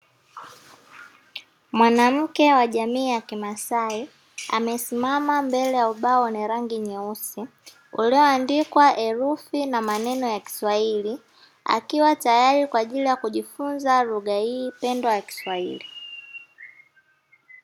Mwanamke wa jamii ya kimasai amesimama mbele ya ubao wenye rangi nyeusi Ulioandikwa herufi na maneno ya kiswahili akiwa tayari Kwa ajili ya kujifunza lugha hii pendwa ya kiswahili.